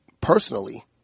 personally